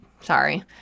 Sorry